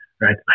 right